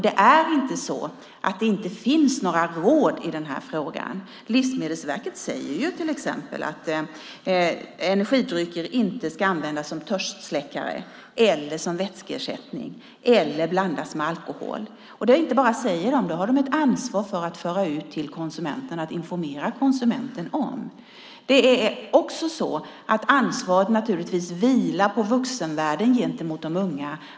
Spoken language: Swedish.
Det är inte så att det inte finns några råd i frågan. Livsmedelsverket säger till exempel att energidrycker inte ska användas som törstsläckare, som vätskeersättning eller blandas med alkohol. Det är inte bara vad de säger, utan de har också ett ansvar för att föra ut detta till konsumenterna och informera dem. Ansvaret vilar naturligtvis också på vuxenvärlden gentemot de unga.